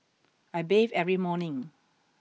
I bathe every morning